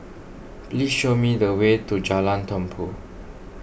please show me the way to Jalan Tumpu